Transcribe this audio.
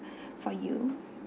for you